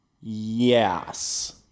yes